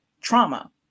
trauma